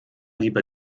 lieber